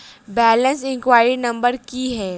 Balance enquiry number की है?